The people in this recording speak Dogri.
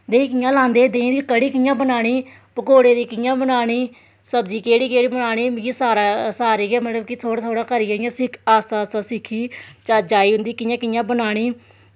देहीं कि'यां लांदे देहीं दी कढ़ी कि'यां बनानी पकौड़े दी कियां बनानी सब्जी केह्ड़ी केह्ड़ी बनानी मिगी सारा सब्जी इं'या सिक्ख आस्तै आस्तै सिक्खी चज्ज आई उंदी कि'यां कि'यां बनानी